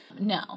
No